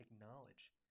acknowledge